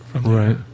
Right